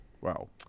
Wow